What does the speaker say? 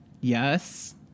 Yes